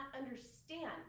understand